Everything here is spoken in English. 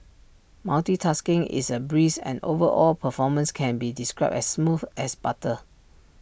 multitasking is A breeze and overall performance can be described as smooth as butter